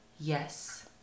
Yes